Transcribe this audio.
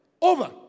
Over